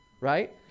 right